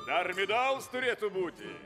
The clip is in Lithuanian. dar midaus turėtų būti